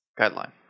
guideline